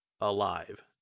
alive